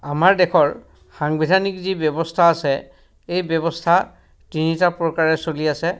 আমাৰ দেশৰ সাংবিধানিক যি ব্যৱস্থা আছে এই ব্যৱস্থা তিনিটা প্ৰকাৰে চলি আছে